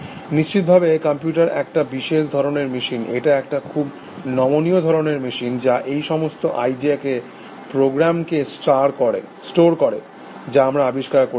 নিশ্চিতভাবে কম্পিউটার একটা বিশেষ ধরণের মেশিন এটা একটা খুব নমনীয় ধরণের মেশিন যা এই সমস্ত আইডিয়াকে প্রোগ্রামকে স্টোর করে যা আমরা আবিষ্কার করেছি